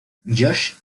josh